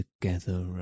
together